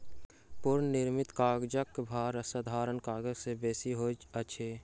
पुनःनिर्मित कागजक भार साधारण कागज से बेसी होइत अछि